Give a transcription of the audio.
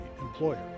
employer